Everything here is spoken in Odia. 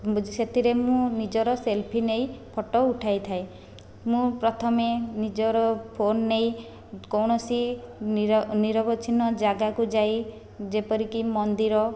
ସେଥିରେ ମୁଁ ନିଜର ସେଲ୍ଫି ନେଇ ଫଟୋ ଉଠାଇଥାଏ ମୁଁ ପ୍ରଥମେ ନିଜର ଫୋନ ନେଇ କୌଣସି ନିର ନିରବଚ୍ଛିନ୍ନ ଜାଗାକୁ ଯାଇ ଯେପରିକି ମନ୍ଦିର